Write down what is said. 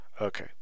Okay